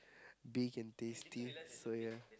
big and tasty so ya